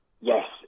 Yes